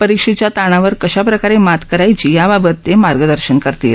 परीक्षेच्या ताणावर कशा प्रकारे मात करायची याबाबत प्रधानमंत्री मार्गदर्शन करतील